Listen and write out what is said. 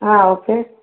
okay